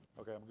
Okay